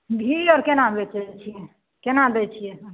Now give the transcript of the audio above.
घी और केना बेचै छियै केना दै छियै